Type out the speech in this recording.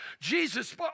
Jesus